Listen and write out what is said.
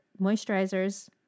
moisturizers